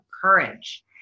courage